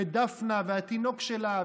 ודפנה והתינוק שלה,